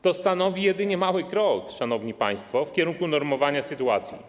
To stanowi jedynie mały krok, szanowni państwo, w kierunku unormowania sytuacji.